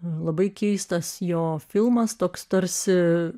labai keistas jo filmas toks tarsi